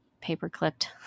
paper-clipped